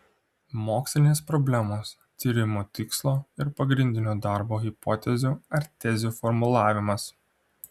mokslinės problemos tyrimo tikslo ir pagrindinių darbo hipotezių ar tezių formulavimas